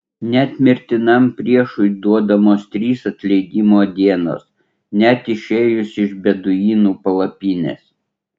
net mirtinam priešui duodamos trys atleidimo dienos net išėjus iš beduinų palapinės